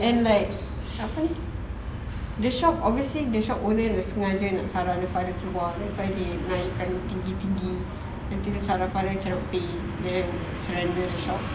and like apa the shop obviously the shop owner dia sengaja nak sara punya father keluar that's why naikkan tinggi-tinggi nanti sara father cannot pay then surrender the shop